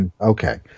Okay